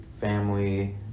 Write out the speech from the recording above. family